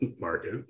market